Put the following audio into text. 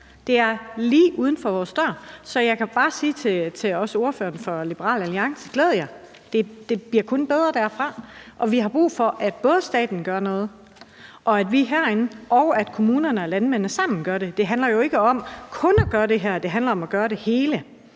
det er lige uden for vores dør. Så jeg kan bare sige, også til ordføreren for Liberal Alliance: Glæd jer; det bliver kun bedre derfra. Vi har både brug for, at staten gør noget, og at vi herinde og kommunerne og landmændene sammen gør det. Det handler jo ikke om kun at gøre det her; det handler om at gøre det hele.